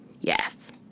Yes